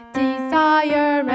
desire